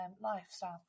lifestyle